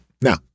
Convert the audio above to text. Now